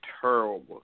terrible